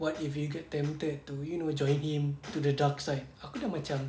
what if you get tempted to you know macam add in to the dark side aku dah macam